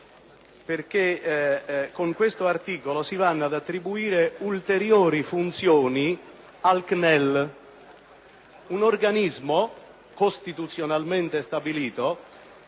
Con l'articolo 9 si vanno ad attribuire ulteriori funzioni al CNEL, un organismo costituzionalmente stabilito